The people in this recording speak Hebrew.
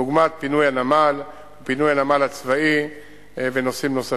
דוגמת פינוי הנמל ופינוי הנמל הצבאי ונושאים נוספים.